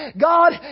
God